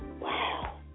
Wow